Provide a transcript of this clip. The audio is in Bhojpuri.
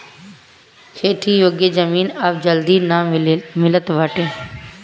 खेती योग्य जमीन अब जल्दी ना मिलत बाटे